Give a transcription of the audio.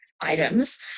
items